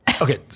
Okay